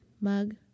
mug